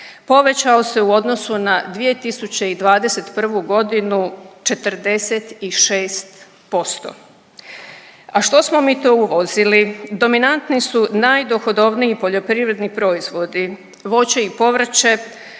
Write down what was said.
Povećao se u odnosu na 2021. godinu 46%. A što smo mi to uvozili? Dominantni su najdohodovniji poljoprivredni proizvodi. Voće i povrće